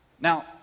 Now